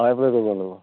যাব লাগিব